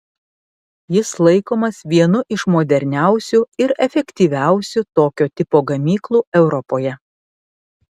jis laikomas vienu iš moderniausių ir efektyviausių tokio tipo gamyklų europoje